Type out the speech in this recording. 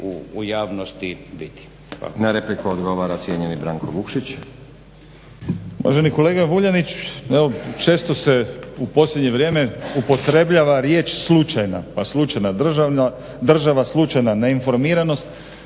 u javnosti vidi.